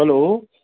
hello